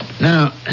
Now